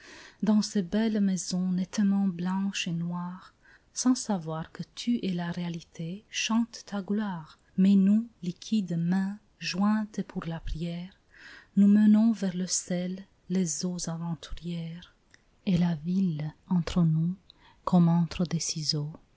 dans ces belles maisons nettement blanches et noires sans savoir que tu es la réalité chantent ta gloire mais nous liquides mains jointes pour la prière nous menons vers le sel les eaux aventurières et la ville entre nous comme entre des ciseaux